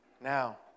now